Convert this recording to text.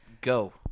go